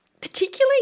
particularly